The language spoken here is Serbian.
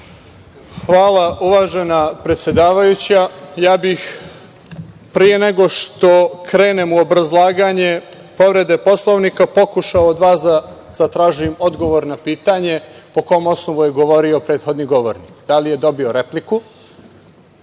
Hvala, uvažena predsedavajuća. Ja bih pre nego što krenem u obrazlaganje povrede Poslovnika, pokušao od vas da zatražim odgovor na pitanje po kom osnovu je govorio prethodni govornik, da li je dobio repliku